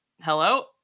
Hello